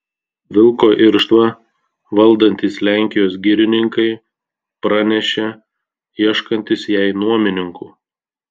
vilko irštvą valdantys lenkijos girininkai pranešė ieškantys jai nuomininkų